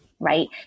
right